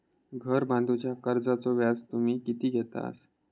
घर बांधूच्या कर्जाचो तुम्ही व्याज किती घेतास?